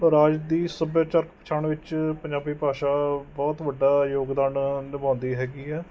ਰਾਜ ਦੀ ਸੱਭਿਆਚਾਰਕ ਪਛਾਣ ਵਿੱਚ ਪੰਜਾਬੀ ਭਾਸ਼ਾ ਬਹੁਤ ਵੱਡਾ ਯੋਗਦਾਨ ਨਿਭਾਉਂਦੀ ਹੈਗੀ ਹੈ